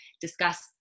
discuss